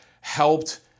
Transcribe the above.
helped